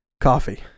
coffee